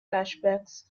flashbacks